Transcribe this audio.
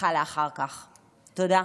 נדחה לאחר כך, תודה.